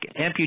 Amputee